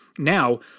Now